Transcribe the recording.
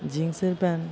জিন্সের প্যান্ট